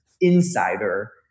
Insider